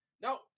Now